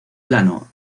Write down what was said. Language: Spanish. plano